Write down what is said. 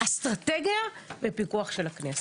אסטרטגיה ופיקוח של הכנסת.